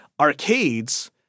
arcades